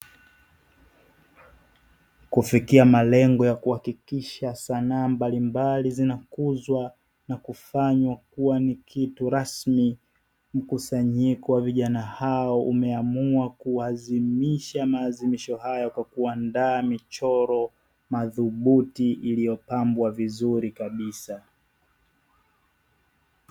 Kufikia malengo ya kuhakikisha sanaa mbalimbali zinakuzwa na kufanywa kuwa ni kitu rasmi, mkusanyiko wa vijana hao umeamua kuadhimisha maadimisho hayo kwa kuandaa michoro madhubuti iliyopambwa vizuri kabisa.